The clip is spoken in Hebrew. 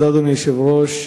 אדוני היושב-ראש,